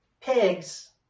pigs